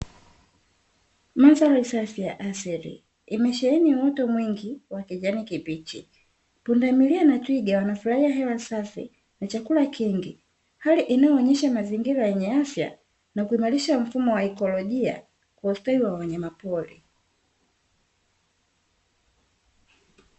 Mandhari safi ya asili, imesheheni uoto mwingi wa kijani kibichi, pundamilia na twiga wanafurahia hewa safi na chakula kingi, hali inayoonyesha mazingira yenye afya na kuimarisha mfumo wa ekolojia kwa ustawi wa wanyamapori